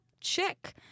chick